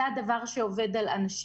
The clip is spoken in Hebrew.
זה הדבר שעובד על אנשים.